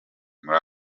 muri